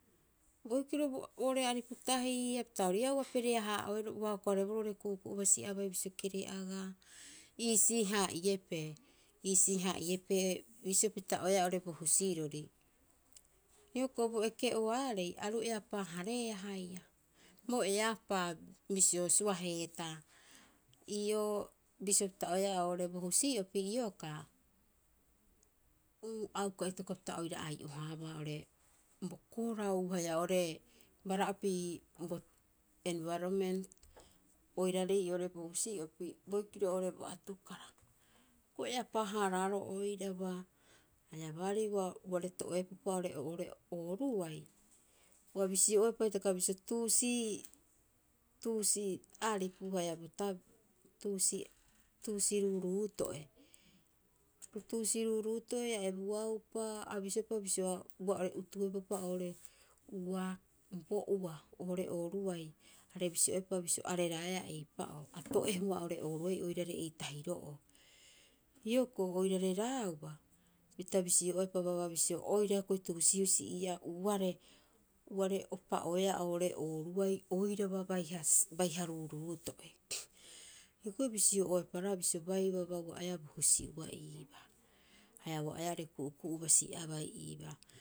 Boikiro boo'ore aripu tahii, hapita ori ii'aa ua perea- haa'oero, ua hoko- hareeboroo oo'ore ua hoko- hareeboroo ku'uku'u basi'abai bisio kere'agaa'i, iisii- haa'iepee. Iisii- haa'iepee bisio opita'oeaa oo'ore bo husirori. Hioko'i bo eke'oaarei aru eapaa- hareea haia. Bo eapaa bisio suaheetaa. Ii'oo bisio pita oeaa oo'ore bo husi'opi iokaa, uu, auka itokopapita oira ai'o haabaa oo'ore bo korau haia oo'ore bara'opi envarament oiraarei oo'ore bo husi'opi, boikiro oo'ore bo atukara. Hioko'i eapaa- haaraaroo oiraba, haia baarii ua, uare to'eepupa oo'ore ooruai, ooruai. Ua bisio'oepa hitaka bisio tuusi, tuusi aripu haia bo tabeo, tuusi, tuusi ruuruuto'e. Tuusi ruuruuto'e a ebuaupa, a bisioepa bisio uare utuepupa oo'ore uaa, bo ua, oo'ore ooruai. Are bisio'oepa bisio areraeaa eipa'oo, ato'ehua oo'ore ooruai oirare ei tahiro'oo. Hioko'i oirareraauba, pita bisi'oepa babaa bisio, oira hioko'i tuusi husi ii'aa, uare, uare opa'oeaa oo'ore ooruai oiraba baiha, baiha ruuruuto'e. Hioko'i bisio'oepa roga'a bisio, bai baabaa ua'oeaa bo husi'ua iibaa, haia ua'oeaa ore ku'uku'ubasi'abai iibaa.